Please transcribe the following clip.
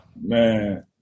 man